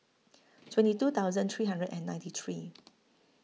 twenty two thousand three hundred and ninety three